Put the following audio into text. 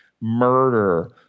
murder